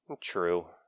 True